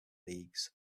leagues